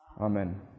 Amen